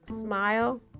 smile